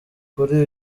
kuri